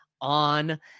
on